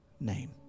name